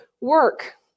work